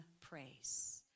praise